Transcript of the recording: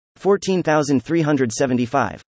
14375